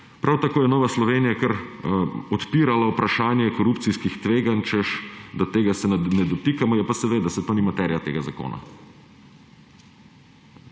Prav tako je Nova Slovenija kar odpirala vprašanje korupcijskih tveganj, češ da naj tega se ne dotikamo. Seveda, pa saj to ni materija tega zakona.